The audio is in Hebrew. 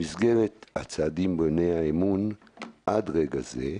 במסגרת הצעדים בוני האמון עד רגע זה,